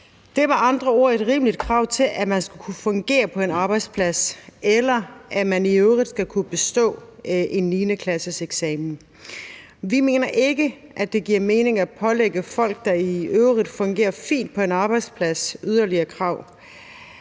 er med andre ord et rimeligt krav, at man skal kunne fungere på en arbejdsplads, eller at man skal kunne bestå en 9. klasses eksamen. Vi mener ikke, at det giver mening at stille yderligere krav til folk, der i øvrigt fungerer fint på en arbejdsplads. Det har